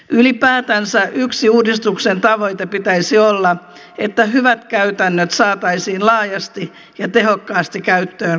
ylipäätänsä yhden uudistuksen tavoitteen pitäisi olla että hyvät käytännöt saataisiin laajasti ja tehokkaasti käyttöön koko maassa